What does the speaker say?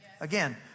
Again